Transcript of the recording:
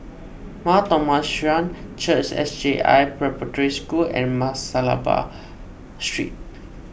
Mar Thoma Syrian Church S J I Preparatory School and Masalabar Street